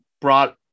brought